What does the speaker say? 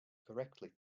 correctly